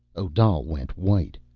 odal went white.